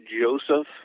Joseph